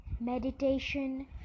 meditation